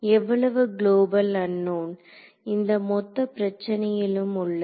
எவ்வளவு global unknown இந்த மொத்த பிரச்சனையிலும் உள்ளது